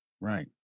Right